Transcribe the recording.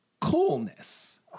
coolness